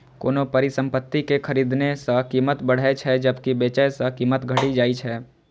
कोनो परिसंपत्ति कें खरीदने सं कीमत बढ़ै छै, जबकि बेचै सं कीमत घटि जाइ छै